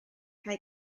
cae